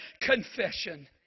confession